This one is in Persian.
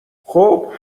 خوب